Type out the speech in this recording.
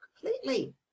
completely